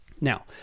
Now